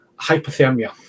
hypothermia